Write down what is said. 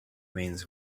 means